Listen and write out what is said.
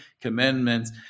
commandments